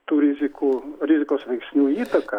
tų rizikų rizikos veiksnių įtaką